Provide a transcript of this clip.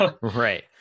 Right